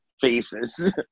faces